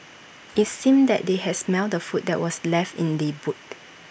IT seemed that they had smelt the food that were left in the boot